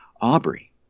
Aubrey